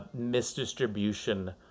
misdistribution